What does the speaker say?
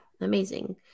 Amazing